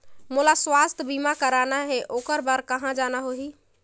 मोला स्वास्थ बीमा कराना हे ओकर बार कहा जाना होही?